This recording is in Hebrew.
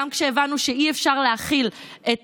גם כשהבנו שאי-אפשר להחיל את